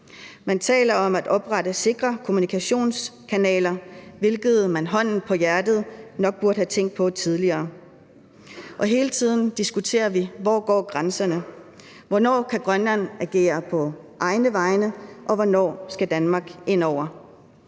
Man taler om at oprette sikre kommunikationskanaler, hvilket man – hånden på hjertet – nok burde have tænkt på tidligere, og hele tiden diskuterer vi: Hvor går grænserne? Hvornår kan Grønland agere på egne vegne, og hvornår skal Danmark indover?